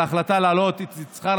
על ההחלטה להעלות את שכר